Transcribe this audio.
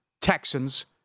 Texans